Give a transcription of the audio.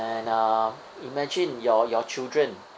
and uh imagine your your children